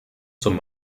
zum